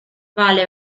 vale